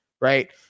right